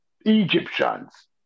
Egyptians